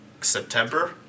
September